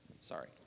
Sorry